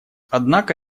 однако